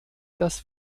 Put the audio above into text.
dass